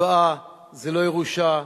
וצוואה זו לא ירושה,